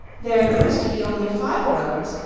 there used to be only five roads,